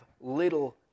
little